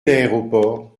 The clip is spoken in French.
l’aéroport